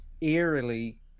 eerily